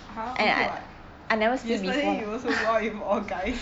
!huh! okay [what] yesterday you also go out with all boys